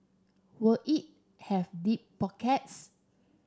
will it have deep pockets